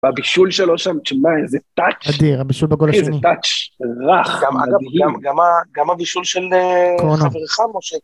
והבישול שלו שם, תשמע, איזה טאצ׳, איזה טאצ׳ רך. אגב, גם הבישול של חברך, משה.